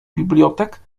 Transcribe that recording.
bibliotek